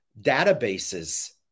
databases